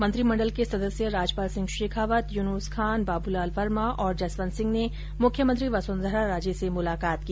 मंत्रीमंडल के सदस्य राजपाल सिंह शेखावत यूनुस खान बाबूलाल वर्मा और जसवंत सिंह ने मुख्यमंत्री वसुंधरा राजे से मुलाकात की